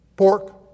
Pork